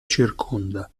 circonda